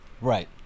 Right